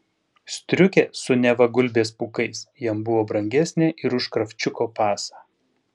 striukė su neva gulbės pūkais jam buvo brangesnė ir už kravčiuko pasą